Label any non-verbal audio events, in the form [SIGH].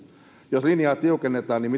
jos linjaa tiukennetaan niin [UNINTELLIGIBLE]